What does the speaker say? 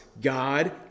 God